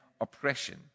oppression